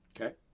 Okay